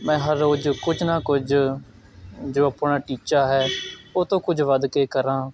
ਮੈਂ ਹਰ ਰੋਜ਼ ਕੁਝ ਨਾ ਕੁਝ ਜੋ ਆਪਣਾ ਟੀਚਾ ਹੈ ਉਹ ਤੋਂ ਕੁਝ ਵੱਧ ਕੇ ਕਰਾਂ